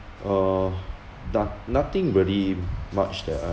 uh but nothing really much that I